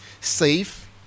safe